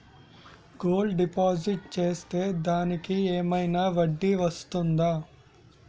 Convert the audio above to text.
Gold deposit చేస్తే దానికి ఏమైనా వడ్డీ వస్తుందా?